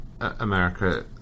America